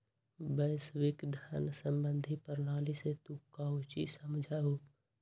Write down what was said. वैश्विक धन सम्बंधी प्रणाली से तू काउची समझा हुँ?